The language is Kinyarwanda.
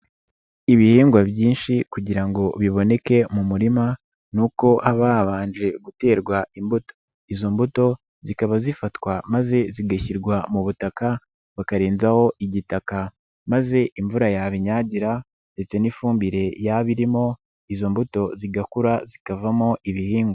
Ibihingwa byinshi kugira ngo biboneke mu murima ni uko haba habanje guterwa imbuto izo mbuto zikaba zifatwa maze zigashyirwa mu butaka bakarenzaho igitaka maze imvura yabinyagira ndetse n'ifumbire yaba irimo izo mbuto zigakura zikavamo ibihingwa.